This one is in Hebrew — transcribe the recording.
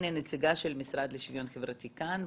הנה הנציגה של המשרד לשוויון חברתי כאן,